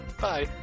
Bye